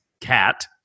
cat